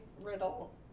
riddle